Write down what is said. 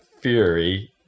Fury